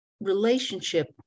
relationship